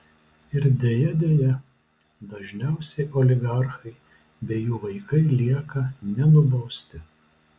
ir deja deja dažniausiai oligarchai bei jų vaikai lieka nenubausti